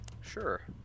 Sure